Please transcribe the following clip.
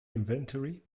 inventory